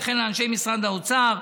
וכן לאנשי משרד האוצר,